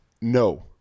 no